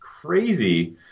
crazy